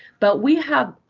but we have